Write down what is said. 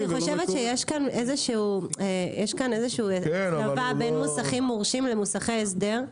אני חושבת שיש כאן איזושהי הפרדה בין מוסכים מורשים למוסכי הסדר.